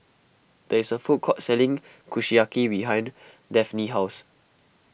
there is a food court selling Kushiyaki behind Daphne's house